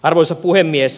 arvoisa puhemies